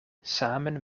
samen